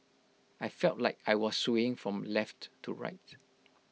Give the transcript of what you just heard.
I felt like I was swaying from left to right